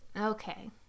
Okay